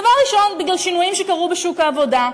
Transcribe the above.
דבר ראשון, בגלל שינויים שקרו בשוק העבודה.